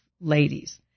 ladies